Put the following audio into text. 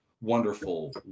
wonderful